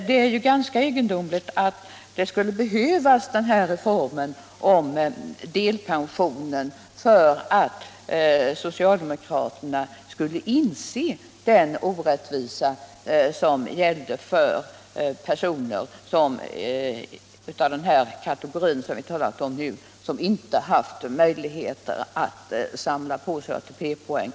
Det är ganska egendomligt att denna reform om delpension måste till för att socialdemokraterna skulle inse den orättvisa som drabbat de människor av denna kategori som inte har haft möjligheter att samla på sig ATP-poäng.